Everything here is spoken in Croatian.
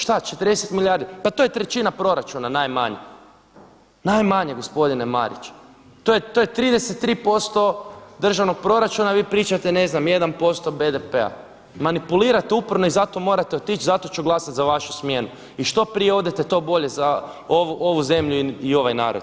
Šta 40 milijardi, pa to je trećina proračuna najmanje, najmanje gospodine Mariću, to je 33% državnog proračuna, a vi pričate ne znam 1% BDP-a manipulirate uporno i zato morate otić i zato ću glasati za vašu smjenu i što prije odete to bolje za ovu zemlju i za ovaj narod.